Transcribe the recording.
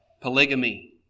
polygamy